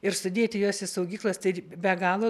ir sudėti juos į saugyklas tai be galo